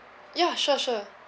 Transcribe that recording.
yeah sure sure